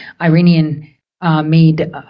Iranian-made